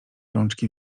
rączki